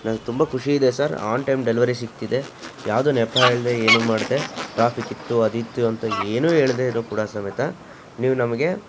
ನಂಗೆ ತುಂಬ ಖುಷಿ ಇದೆ ಸರ್ ಆನ್ ಟೈಮ್ ಡೆಲಿವರಿ ಸಿಕ್ತಿದೆ ಯಾವುದೂ ನೆಪ ಹೇಳದೆ ಏನೂ ಮಾಡದೆ ಟ್ರಾಫಿಕ್ಕಿತ್ತು ಅದಿತ್ತು ಅಂತ ಏನೂ ಹೇಳ್ದೆ ಇದ್ದರೂ ಕೂಡ ಸಮೇತ ನೀವು ನಮಗೆ